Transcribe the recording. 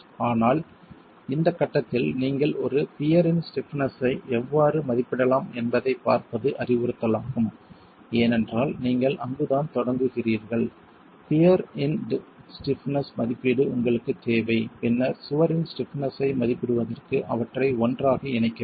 ஆனால் இந்த கட்டத்தில் நீங்கள் ஒரு பியர் இன் ஸ்டிப்னஸ் ஐ எவ்வாறு மதிப்பிடலாம் என்பதைப் பார்ப்பது அறிவுறுத்தலாகும் ஏனென்றால் நீங்கள் அங்குதான் தொடங்குகிறீர்கள் பியர் இன் ஸ்டிப்னஸ் மதிப்பீடு உங்களுக்குத் தேவை பின்னர் சுவரின் ஸ்டிப்னஸ் ஐ மதிப்பிடுவதற்கு அவற்றை ஒன்றாக இணைக்க வேண்டும்